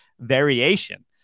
variation